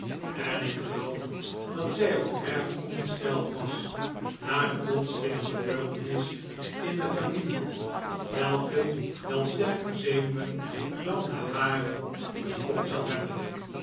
en ik geloof dat zij ook erg ongesteld was na de plotselinge gebeurtenis in de familie welke wel sterker zenuwen dan de hare geschokt zou hebben